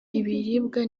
ibiribwa